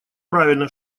правильно